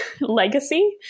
legacy